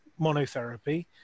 monotherapy